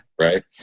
right